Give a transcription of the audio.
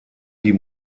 die